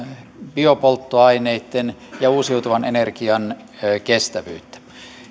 biopolttoaineitten ja uusiutuvan energian kestävyyttä